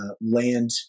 land